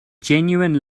genuine